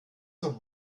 noch